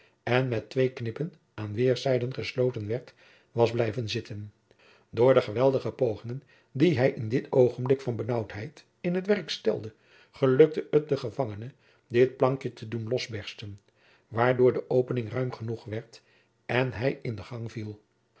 en met twee knippen aan weerszijden gesloten werd was blijven zitten door de geweldige pogingen die hij in dit oogenblik van benaauwdheid in t werk stelde gelukte het den gevangenen dit plankje te doen losbersten waardoor de opening ruim genoeg werd en hij in den gang viel